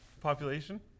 population